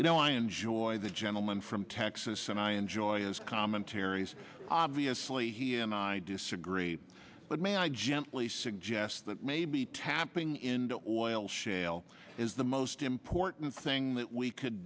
you know i enjoy the gentleman from texas and i enjoy as commentaries obviously he and i disagree but may i gently suggest that maybe tapping into oil shale is the most important thing that we could